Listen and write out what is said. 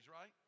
right